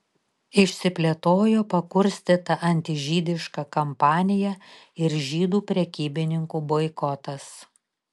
išsiplėtojo pakurstyta antižydiška kampanija ir žydų prekybininkų boikotas